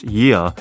year